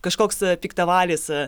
kažkoks piktavalis